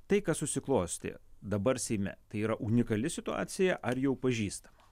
tai kas susiklostė dabar seime tai yra unikali situacija ar jau pažįstama